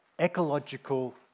ecological